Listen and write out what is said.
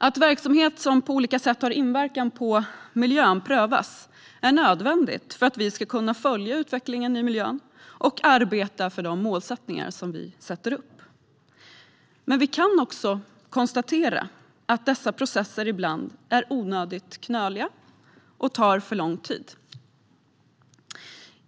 Att verksamhet som på olika sätt har inverkan på miljön prövas är nödvändigt för att vi ska kunna följa utvecklingen i miljön och arbeta för de mål vi sätter upp. Men vi kan också konstatera att dessa processer ibland är onödigt knöliga och tar för lång tid.